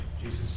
Jesus